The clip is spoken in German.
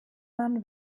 man